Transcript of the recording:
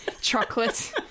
chocolate